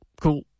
cool